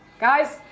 Guys